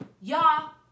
y'all